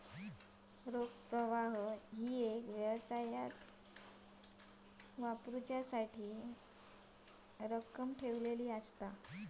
रोख प्रवाह ही व्यवसायात वापरली जाणारी रक्कम असा